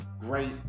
great